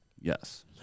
Yes